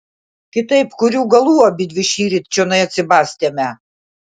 kitaip kurių galų abidvi šįryt čionai atsibastėme